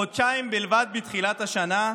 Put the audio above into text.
חודשיים בלבד מתחילת השנה,